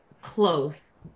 close